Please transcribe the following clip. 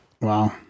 Wow